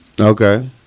Okay